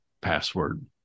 password